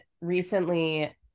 recently